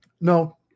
No